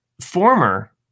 former